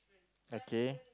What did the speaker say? okay